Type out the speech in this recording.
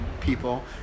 people